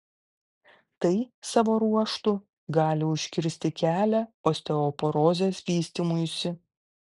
tai savo ruožtu gali užkirsti kelią osteoporozės vystymuisi